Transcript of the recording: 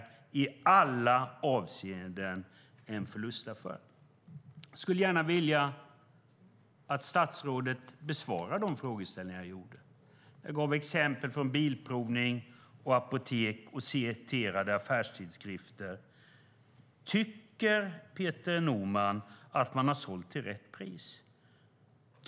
Jag skulle vilja att statsrådet besvarar de frågor jag ställde. Jag gav exempel från bilprovning och apotek och citerade affärstidskrifter. Tycker Peter Norman att man har sålt till rätt pris?